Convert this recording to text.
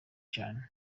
cane